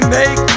make